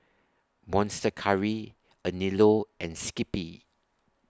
Monster Curry Anello and Skippy